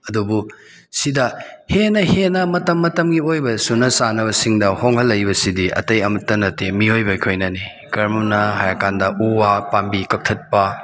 ꯑꯗꯨꯕꯨ ꯁꯤꯗ ꯍꯦꯟꯅ ꯍꯦꯟꯅ ꯃꯇꯝ ꯃꯇꯝꯒꯤ ꯑꯣꯏꯕ ꯁꯨꯅꯥ ꯆꯥꯅꯕꯁꯤꯡꯗ ꯍꯣꯡꯍꯜꯂꯛꯏꯕꯁꯤꯗꯤ ꯑꯇꯩ ꯑꯃꯠꯇ ꯅꯠꯇꯦ ꯃꯤꯑꯣꯏꯕ ꯑꯩꯈꯣꯏꯅꯅꯤ ꯀꯔꯝꯅ ꯍꯥꯏꯔ ꯀꯥꯟꯗ ꯎ ꯋꯥ ꯄꯥꯝꯕꯤ ꯀꯛꯊꯠꯄ